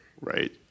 Right